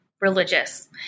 religious